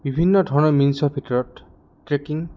বিভিন্ন ধৰণৰ মিন্ছৰ ভিতৰত ট্ৰেকিং